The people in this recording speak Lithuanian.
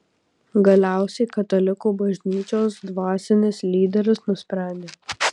galiausiai katalikų bažnyčios dvasinis lyderis nusprendė